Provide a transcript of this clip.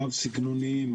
הרב סגנוניים,